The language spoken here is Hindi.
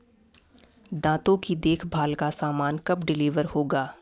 दाँतों की देख भाल का सामान कब डिलीवर होगा